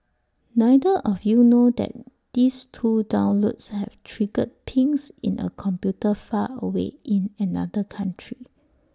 neither of you know that these two downloads have triggered pings in A computer far away in another country